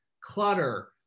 clutter